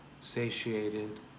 satiated